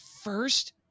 first